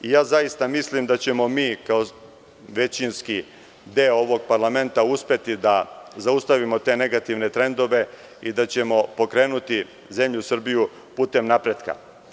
Zaista mislim da ćemo mi, kao većinski deo ovog parlamenta, uspeti da zaustavimo te negativne trendove i da ćemo pokrenuti zemlju Srbiju putem napretka.